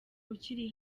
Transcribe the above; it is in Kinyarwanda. ukiri